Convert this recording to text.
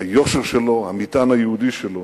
היושר שלו, המטען היהודי שלו.